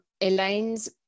Elaine's